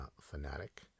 Fanatic